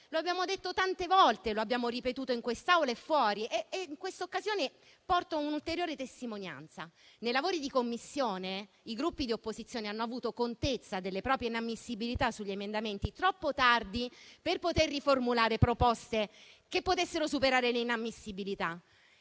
come abbiamo detto e ripetuto tante volte in questa Aula e fuori; questa occasione ne porta un'ulteriore testimonianza. Nei lavori di Commissione i Gruppi di opposizione hanno avuto contezza delle inammissibilità sui propri emendamenti troppo tardi per poter riformulare proposte che potessero superare tali inammissibilità.